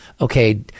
okay